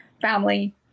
family